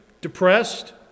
depressed